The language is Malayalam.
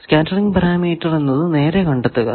സ്കേറ്ററിങ് പാരാമീറ്റർ എന്നത് നേരെ കണ്ടെത്തുക